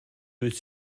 dwyt